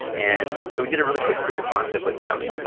and so we did really quick proof of concept with them.